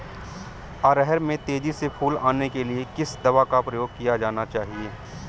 अरहर में तेजी से फूल आने के लिए किस दवा का प्रयोग किया जाना चाहिए?